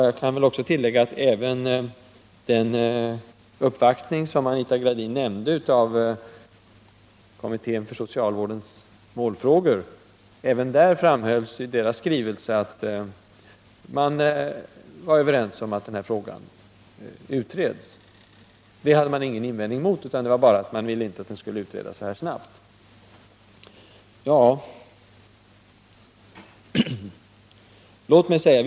Jag kan tillägga att även kommittén för socialvårdens målfrågor — vars uppvaktning Anita Gradin nämnde -— i sin skrivelse framhöll att man var överens om att frågan skall utredas. Det hade man ingenting att invända emot, men man ville inte att frågan skulle utredas lika snabbt som vi vill.